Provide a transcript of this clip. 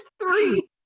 Three